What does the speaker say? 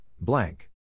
blank